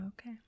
Okay